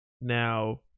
Now